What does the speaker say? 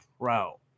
pro